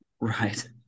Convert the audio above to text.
right